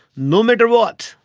no matter what,